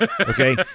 Okay